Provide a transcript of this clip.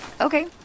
Okay